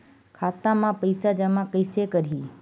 खाता म पईसा जमा कइसे करही?